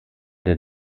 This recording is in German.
der